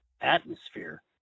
atmosphere